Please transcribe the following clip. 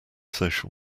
social